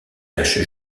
cache